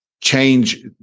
change